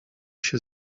się